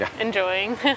Enjoying